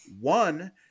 One